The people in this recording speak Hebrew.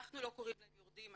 אנחנו לא קוראים להם יורדים,